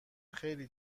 خیلی